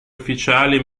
ufficiali